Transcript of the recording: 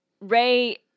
Ray